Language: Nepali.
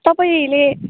तपाईँले